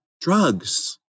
drugs